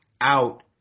out